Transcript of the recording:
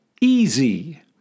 easy